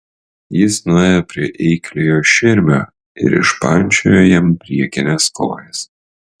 jis nuėjo prie eikliojo širmio ir išpančiojo jam priekines kojas